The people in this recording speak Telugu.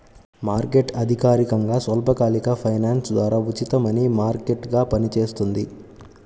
మార్కెట్ అధికారికంగా స్వల్పకాలిక ఫైనాన్స్ ద్వారా ఉచిత మనీ మార్కెట్గా పనిచేస్తుంది